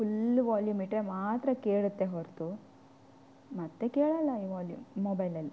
full volume ಇಟ್ಟರೆ ಮಾತ್ರ ಕೇಳತ್ತೆ ಹೊರತು ಮತ್ತು ಕೇಳಲ್ಲ ಈ ವಾಲ್ಯೂಮ್ ಮೊಬೈಲಲ್ಲಿ